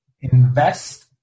invest